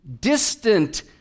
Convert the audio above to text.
distant